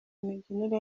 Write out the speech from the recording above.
mibyinire